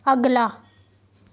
ਅਗਲਾ